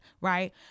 right